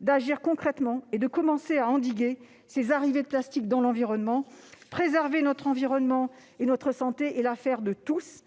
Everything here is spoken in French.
d'agir concrètement et de commencer à endiguer ces arrivées de plastique dans l'environnement. Préserver notre environnement et notre santé est l'affaire de tous